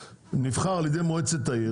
נבחר על ידי מועצת העיר,